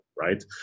right